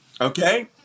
Okay